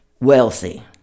wealthy